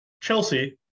Chelsea